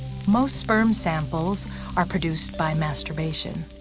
most sperm samples are produced by masturbation.